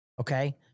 Okay